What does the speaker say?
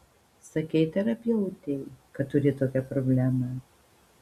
sakei terapeutei kad turi tokią problemą